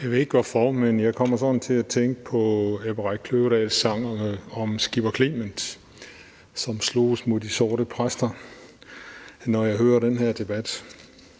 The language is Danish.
Jeg ved ikke hvorfor, men jeg kommer sådan til at tænke på Ebbe Kløvedal Reichs sang om Skipper Klement, som sloges mod de sorte præster, når jeg hører den her debat.